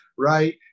Right